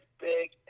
big